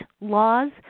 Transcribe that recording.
laws